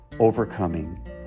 overcoming